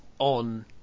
on